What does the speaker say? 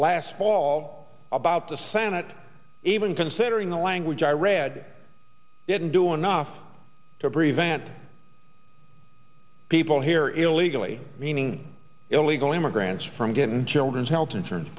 last fall about the senate even considering the language i read didn't do enough to prevent people here illegally meaning illegal immigrants from getting children's health insurance